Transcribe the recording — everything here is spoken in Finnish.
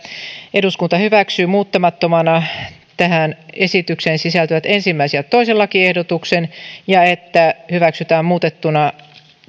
eduskunta hyväksyy muuttamattomana tähän esitykseen sisältyvät ensimmäinen ja toisen lakiehdotuksen ja että hyväksytään muutettuna